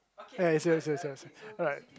yes yes yes alright